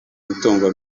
imitungo